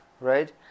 right